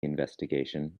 investigation